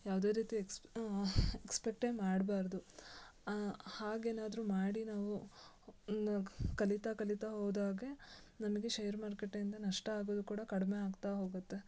ಯಾವುದೇ ರೀತಿ ex expect ಮಾಡಬಾರ್ದು ಹಾಗೇನಾದರೂ ಮಾಡಿ ನಾವು ಕಲಿತಾ ಕಲಿತಾ ಹೋದಾಗೆ ನಮಗೆ ಶೇರು ಮಾರುಕಟ್ಟೆಯಿಂದ ನಷ್ಟ ಆಗೋದು ಕೂಡ ಕಡಿಮೆ ಆಗ್ತಾ ಹೋಗುತ್ತೆ